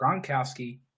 Gronkowski